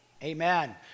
Amen